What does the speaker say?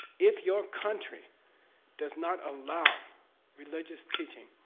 if your country does not allow religious teaching,